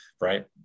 right